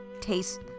taste